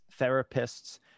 therapists